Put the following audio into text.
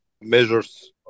measures